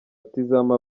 tizama